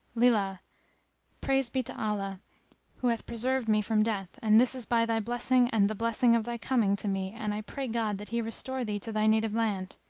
lillah praise be to allah who hath preserved me from death and this is by thy blessing and the blessing of thy coming to me and i pray god that he restore thee to thy native land.